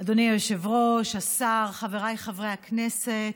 אדוני היושב-ראש, השר, חבריי חברי הכנסת,